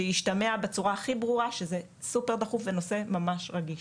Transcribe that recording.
על מנת שישתמע בצורה הכי ברורה שזה סופר דחוף ושזה נושא ממש רגיש.